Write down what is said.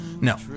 No